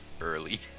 Early